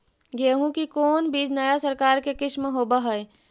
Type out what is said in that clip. गेहू की कोन बीज नया सकर के किस्म होब हय?